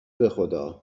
بخداراست